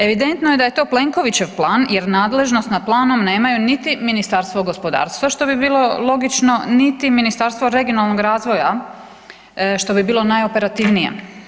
Evidentno je da je Plenkovićev plan jer nadležnost nad planom nemaju niti Ministarstvo gospodarstva, što bi bilo logično, niti Ministarstvo regionalnog razvoja što bi bilo najoperativnije.